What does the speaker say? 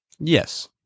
Yes